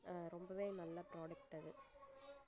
ரொம்பவே நல்ல ப்ராடக்ட் அது